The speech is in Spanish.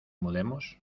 mudemos